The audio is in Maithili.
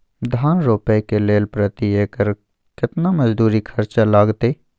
धान रोपय के लेल प्रति एकर केतना मजदूरी खर्चा लागतेय?